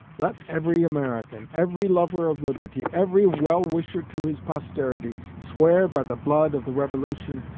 let every american, every lover of liberty, every well-wisher to his posterity, swear by the blood of the revolution,